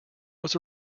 was